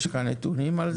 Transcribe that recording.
יש לך נתונים על זה?